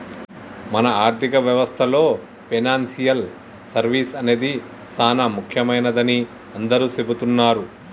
మన ఆర్థిక వ్యవస్థలో పెనాన్సియల్ సర్వీస్ అనేది సానా ముఖ్యమైనదని అందరూ సెబుతున్నారు